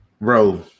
Bro